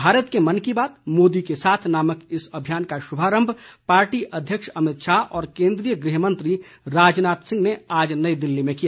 भारत के मन की बात मोदी के साथ नामक इस अभियान का शुभारम्भ पार्टी अध्यक्ष अमित शाह और केन्द्रीय गृहमंत्री राजनाथ सिंह ने आज नई दिल्ली में किया